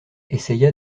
essaya